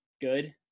good